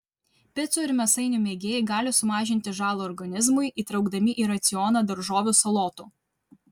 picų ir mėsainių mėgėjai gali sumažinti žalą organizmui įtraukdami į racioną daržovių salotų